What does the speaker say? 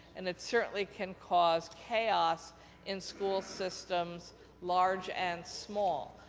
and it certainly can cause chaos in school systems large and small.